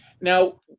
Now